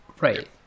Right